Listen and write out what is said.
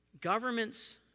government's